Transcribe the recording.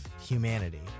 humanity